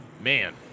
Man